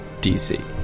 DC